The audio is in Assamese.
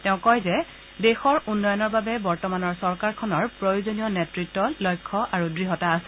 তেওঁ কয় যে দেশৰ উন্নয়নৰ বাবে বৰ্তমানৰ চৰকাৰখনৰ প্ৰয়োজনীয় নেতৃত লক্ষ্য আৰু দ্য়তা আছে